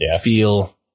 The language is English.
feel